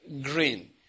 green